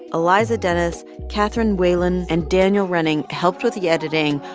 eliza dennis, catherine whelan and daniel running helped with the editing.